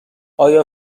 آیا